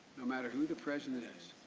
no matter who the president is.